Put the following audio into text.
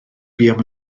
buom